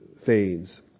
fades